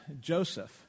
Joseph